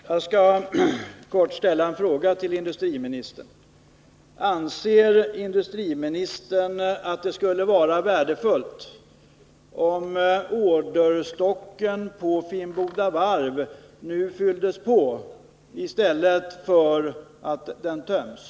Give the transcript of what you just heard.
Herr talman! Jag skall helt kort ställa en fråga till industriministern. Anser industriministern att det skulle vara värdefullt om orderstocken vid Finnboda varv nu fylldes på i stället för att tömmas?